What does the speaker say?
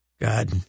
God